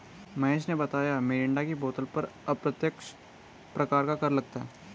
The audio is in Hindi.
महेश ने बताया मिरिंडा की बोतल पर अप्रत्यक्ष प्रकार का कर लगता है